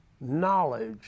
knowledge